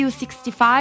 Q65